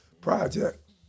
project